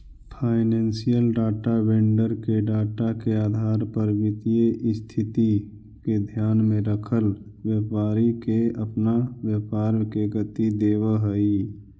financial data vendor के data के आधार पर वित्तीय स्थिति के ध्यान में रखल व्यापारी के अपना व्यापार के गति देवऽ हई